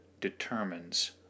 determines